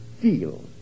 feel